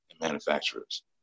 manufacturers